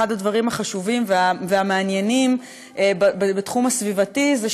אחד הדברים החשובים והמעניינים בתחום הסביבתי הוא,